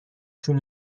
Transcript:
شون